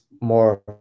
more